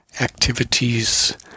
activities